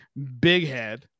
Bighead